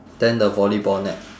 then the volleyball net